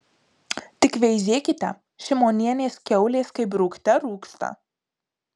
tik veizėkite šimonienės kiaulės kaip rūgte rūgsta